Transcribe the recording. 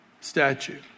statue